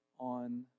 On